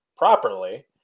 properly